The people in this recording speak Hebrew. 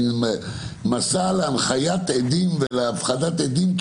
מין מסע להנחיית עדים ולהפחדת עדים,